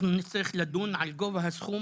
אנחנו נצטרך לדון על גובה הסכום,